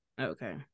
Okay